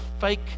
fake